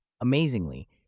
Amazingly